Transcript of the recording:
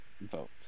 vote